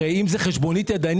הרי אם זאת חשבונית ידנית,